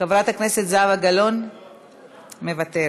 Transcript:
חברת הכנסת זהבה גלאון, מוותרת,